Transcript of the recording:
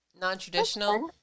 Non-traditional